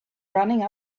running